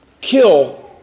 kill